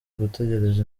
gutegereza